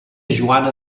joana